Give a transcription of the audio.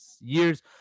years